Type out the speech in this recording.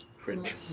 Cringe